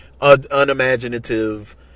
unimaginative